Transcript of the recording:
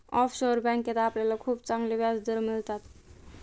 offshore बँकेत आपल्याला खूप चांगले व्याजदर मिळतात